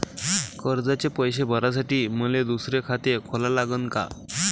कर्जाचे पैसे भरासाठी मले दुसरे खाते खोला लागन का?